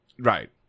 Right